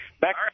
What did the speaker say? back